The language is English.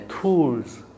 tools